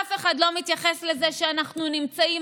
אף אחד לא מתייחס לזה שאנחנו נמצאים